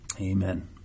Amen